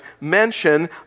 mention